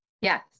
Yes